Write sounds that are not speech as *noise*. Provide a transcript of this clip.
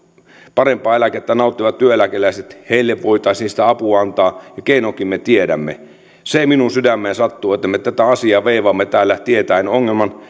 parempaa eläkettä nauttivat työeläkeläiset heille voitaisiin sitä apua antaa ja keinonkin me tiedämme se minun sydämeeni sattuu että me tätä asiaa veivaamme täällä tietäen ongelman *unintelligible*